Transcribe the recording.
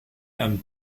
and